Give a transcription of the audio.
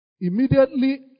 Immediately